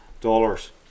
dollars